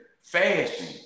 fashion